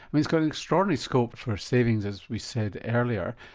it's got an extraordinary scope for savings, as we said earlier.